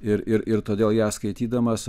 ir ir ir todėl ją skaitydamas